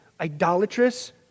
idolatrous